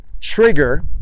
trigger